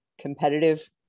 competitive